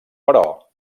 però